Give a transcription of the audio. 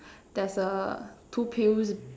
there's err two pills